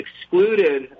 excluded